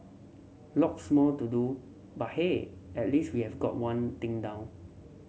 lots more to do but hey at least we have got one thing down